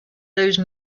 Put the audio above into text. those